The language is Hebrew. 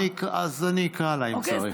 אז אני אקרא לה אם צריך.